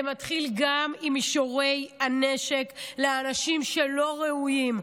זה מתחיל גם עם אישורי הנשק לאנשים לא ראויים,